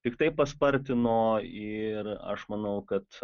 tiktai paspartino ir aš manau kad